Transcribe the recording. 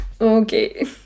Okay